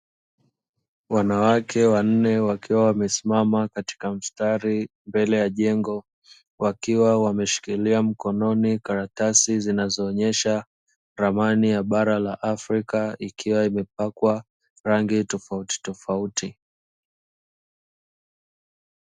Wanawake wanne wakiwa wamesimama katika mstari mbele ya jengo, wakiwa wameshikilia mkononi karatasi zinazoonyesha ramani ya bara la afrika ikiwa imepakwa rangi tofautitofauti.